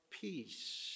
peace